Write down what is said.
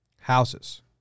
Houses